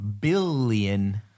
billion